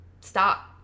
stop